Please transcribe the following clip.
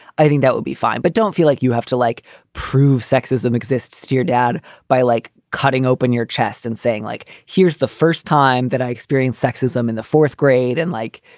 i think that would be fine. but don't feel like you have to like prove sexism exists to your dad by like cutting open your chest and saying like, here's the first time that i experience sexism in the fourth grade. and like,